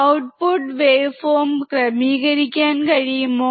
output wave form ക്രമീകരിക്കാൻ കഴിയുമോ